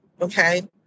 okay